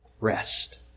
rest